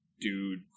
dude